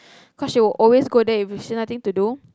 cause she will always go there if she nothing to do